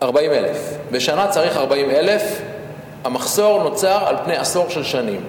40,000. בשנה צריך 40,000. המחסור נוצר על פני עשור של שנים.